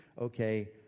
Okay